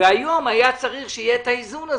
היום היה צריך שיהיה את האיזון הזה.